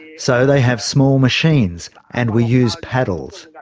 so they have small machines and we use paddles.